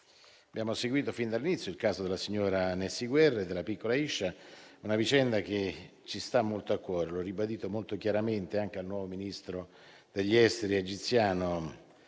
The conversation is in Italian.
abbiamo seguito fin dall'inizio il caso della signora Nessy Guerra e della piccola Aisha. È una vicenda che ci sta molto a cuore, come ho ribadito molto chiaramente anche al nuovo ministro degli esteri egiziano